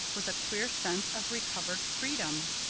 was a queer sense of recovered freedom.